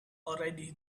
already